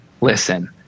listen